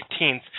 18th